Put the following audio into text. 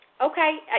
Okay